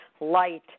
light